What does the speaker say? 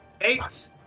Eight